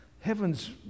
heaven's